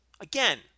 Again